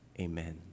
amen